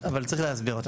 אבל צריך להסביר אותה.